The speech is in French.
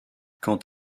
quand